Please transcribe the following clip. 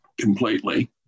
completely